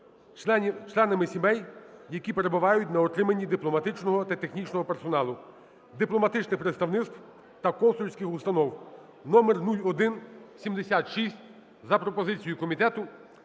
членами сімей, які перебувають на утриманні дипломатичного та технічного персоналу дипломатичних представництв та консульських установ (№ 0176) за пропозицією Комітету